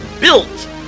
built